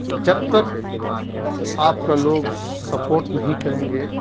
جب تک آپ کا لوگ سپورٹ نہیں کریں گے